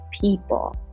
people